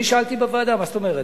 אני שאלתי בוועדה: מה זאת אומרת?